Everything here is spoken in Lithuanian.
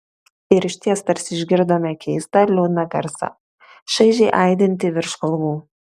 ir išties tarsi išgirdome keistą liūdną garsą šaižiai aidintį virš kalvų